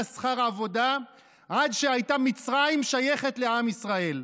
שכר עבודה עד שהייתה מצרים שייכת לעם ישראל,